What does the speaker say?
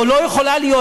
או לא יכולה להיות,